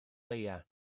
leiaf